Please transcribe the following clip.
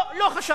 לא, לא חשב.